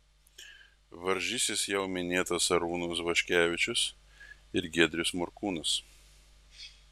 varžysis jau minėtas arūnas vaškevičius ir giedrius morkūnas